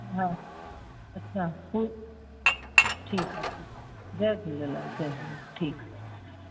हा अच्छा पोइ ठीकु आहे जय झूलेलाल जय झूलेलाल ठीकु आहे